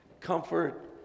Comfort